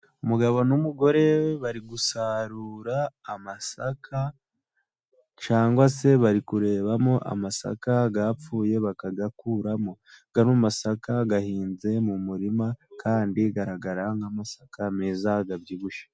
Umugabo n'umugore bari gusarura amasaka, cyangwa se bari kurebamo amasaka yapfuye bakayakuramo. Ano masaka ahinze mu murima kandi agaragara nk'amasaka meza abyibushye.